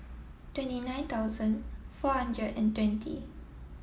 twenty nine thousand four hundred and twenty